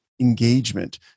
engagement